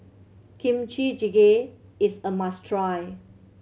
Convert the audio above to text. Kimchi Jjigae is a must try